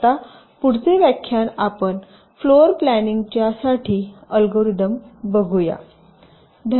तर आता पुढचे व्याख्यान आपण फ्लोर प्लॅनिंग च्या साठी अल्गोरिदम बघू